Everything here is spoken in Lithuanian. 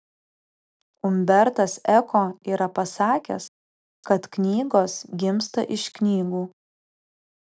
umbertas eko yra pasakęs kad knygos gimsta iš knygų